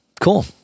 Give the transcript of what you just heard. cool